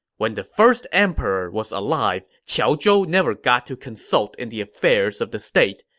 when the first emperor was alive, qiao zhou never got to consult in the affairs of the state.